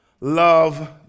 love